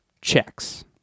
checks